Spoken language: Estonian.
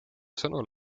sõnul